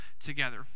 together